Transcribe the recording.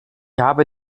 habe